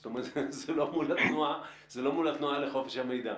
זאת אומרת, זה לא מול התנועה לחופש המידע.